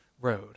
road